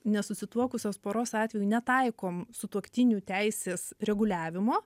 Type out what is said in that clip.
nesusituokusios poros atveju netaikom sutuoktinių teisės reguliavimo